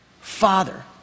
Father